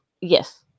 Yes